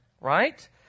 Right